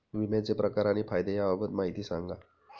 विम्याचे प्रकार आणि फायदे याबाबत माहिती सांगा